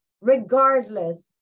regardless